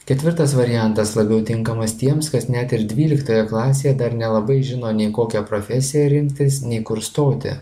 ketvirtas variantas labiau tinkamas tiems kas net ir dvyliktoje klasėje dar nelabai žino nei kokią profesiją rinktis nei kur stoti